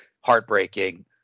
heartbreaking